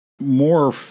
more